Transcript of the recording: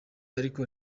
ariko